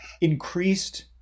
increased